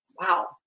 Wow